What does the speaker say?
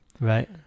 Right